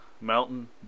Mountain